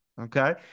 Okay